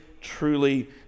truly